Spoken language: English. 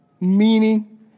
meaning